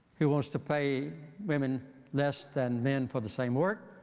who wants to pay women less than men for the same work,